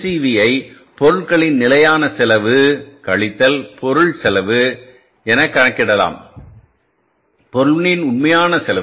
MCV ஐ பொருட்களின் நிலையான செலவு கழித்தல்பொருள் செலவு என கணக்கிடலாம் பொருளின் உண்மையான செலவு